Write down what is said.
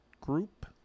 Group